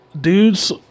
dudes